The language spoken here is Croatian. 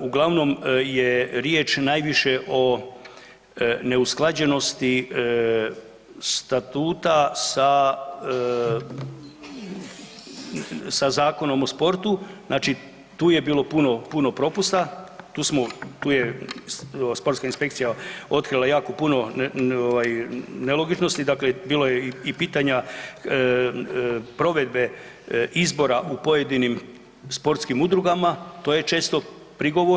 uglavnom je riječ najviše o neusklađenosti Statuta sa Zakonom o sportu, znači tu je bilo puno propusta, tu je sportska inspekcija otkrila jako puno nelogičnosti, dakle bilo je i pitanja provedbe izbora u pojedinim sportskim udrugama, to je često prigovor.